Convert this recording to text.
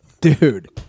Dude